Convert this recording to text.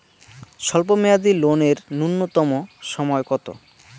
স্বল্প মেয়াদী লোন এর নূন্যতম সময় কতো?